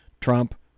Trump